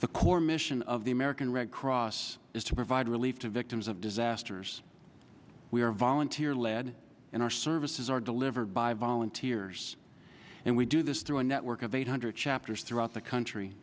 the core mission of the american red cross is to provide relief to victims of disasters we are volunteer led and our services are delivered by volunteers and we do this through a network of eight hundred chapters throughout the country